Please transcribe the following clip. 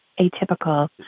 atypical